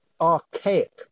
archaic